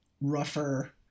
rougher